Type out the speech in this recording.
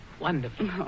wonderful